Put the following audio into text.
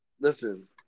Listen